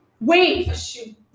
Wait